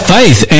Faith